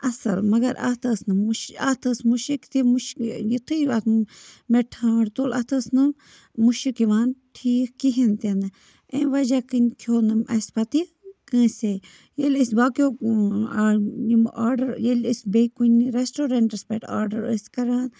اَصٕل مگر اَتھ ٲس نہٕ مُش اَتھ ٲس مُشک تہِ مُشک یُتھُے اَتھ مےٚ ٹھانٛڈ تُل اَتھ ٲس نہٕ مُشِک یِوان ٹھیٖک کِہیٖنۍ تہِ نہٕ امہِ وَجہ کِنۍ کھیوٚو نہٕ اَسہِ پَتہٕ یہِ کٲنٛسے ییٚلہِ أسۍ باقٕیو یِم آرڈَر ییٚلہِ أسۍ بیٚیہِ کُنہِ رٮ۪سٹورَنٛٹَس پٮ۪ٹھ آرڈَر ٲسۍ کَران